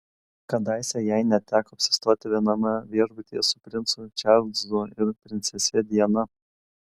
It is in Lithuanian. kadaise jai net teko apsistoti viename viešbutyje su princu čarlzu ir princese diana